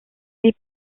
ces